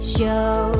Show